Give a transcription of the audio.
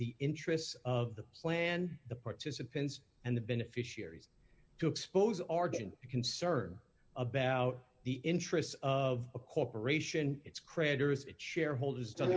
the interests of the plan the participants and the beneficiaries to expose concern about the interests of a corporation its creditors its shareholders do